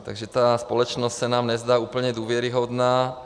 Takže ta společnost se nám nezdá úplně důvěryhodná.